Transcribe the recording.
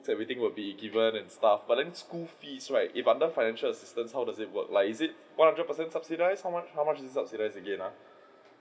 everything will be given and stuff but then school fees right if under financial assistance how does it work like is it like one hundred percent subsidised how much how much is subsidised again ah